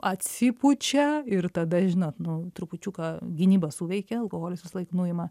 atsipučia ir tada žinot nu trupučiuką gynyba suveikia alkoholis visąlaik nuima